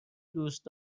دوست